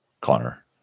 Connor